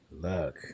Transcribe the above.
Look